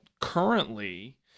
currently